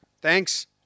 Thanks